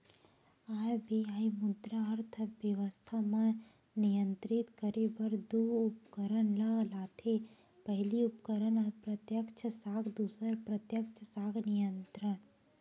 RBI मुद्रा अर्थबेवस्था म नियंत्रित करे बर दू उपकरन ल लाथे पहिली उपकरन अप्रत्यक्छ साख दूसर प्रत्यक्छ साख नियंत्रन